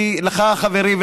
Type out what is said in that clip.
חברי,